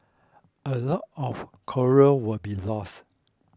a lot of coral will be lost